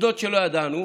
עובדות שלא ידענו: